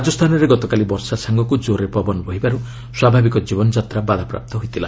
ରାଜସ୍ଥାନରେ ଗତକାଲି ବର୍ଷା ସାଙ୍ଗକୁ ଜୋର୍ରେ ପବନ ବହିବାରୁ ସ୍ୱାଭାବିକ ଜୀବନଯାତ୍ରା ବାଧାପ୍ରାପ୍ତ ହୋଇଥିଲା